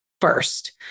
first